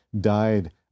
died